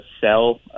sell